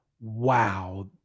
wow